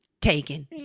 taken